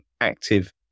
active